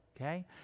okay